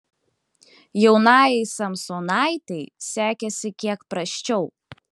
jaunajai samsonaitei sekėsi kiek prasčiau